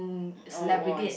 oh oh I